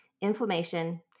inflammation